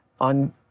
on